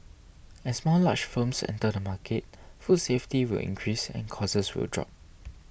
as more large firms enter the market food safety will increase and costs will drop